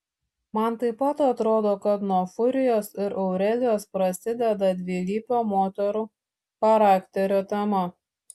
man taip pat atrodo kad nuo furijos ir aurelijos prasideda dvilypio moterų charakterio tema